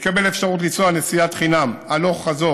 יקבל אפשרות לנסוע נסיעת חינם הלוך-חזור